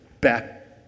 back